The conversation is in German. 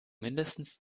mindestens